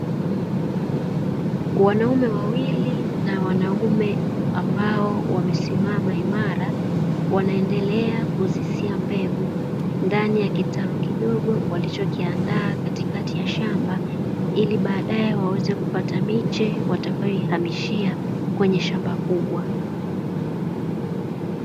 wanaume wawili na wanaume ambao wamesimama imara wanaendelea kuzisia mbegu ndani ya kitalu kidogo walichokiandaa katikati ya shamba, ili baadae waweze kupata miche watakayo ihamishia katika shamba kubwa.